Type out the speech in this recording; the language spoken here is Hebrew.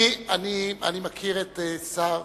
אני מכיר את השר